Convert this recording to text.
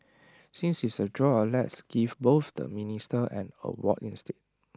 since it's A draw let's give both the ministers an award instead